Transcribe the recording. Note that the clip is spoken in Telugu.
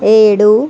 ఏడు